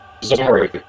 sorry